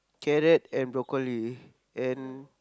carrot and broccoli and